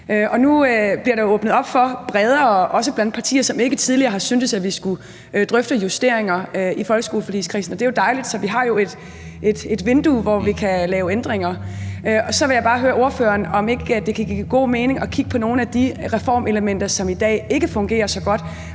nu bliver der åbnet op for bredere, også blandt partier, som ikke tidligere har syntes vi skulle det, at drøfte justeringer i folkeskoleforligskredsen, og det er jo dejligt. Så vi har jo et vindue for at lave ændringer Så vil jeg bare høre ordføreren, om ikke det kan give god mening at kigge på nogle af de reformelementer, som i dag ikke fungerer så godt.